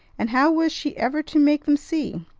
and how was she ever to make them see?